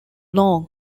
long